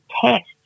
tests